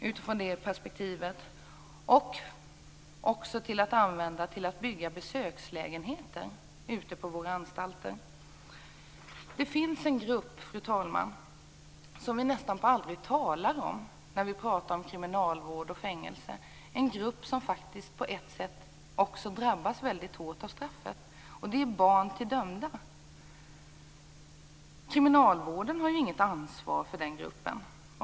Man skulle också kunna bygga besökslägenheter ute på våra anstalter. Det finns en grupp, fru talman, som vi nästan aldrig talar om när vi pratar om kriminalvård och fängelser. Det är en grupp som också drabbas väldigt hårt av straffet. Det gäller barn till dömda. Kriminalvården har inget ansvar för den gruppen.